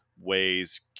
ways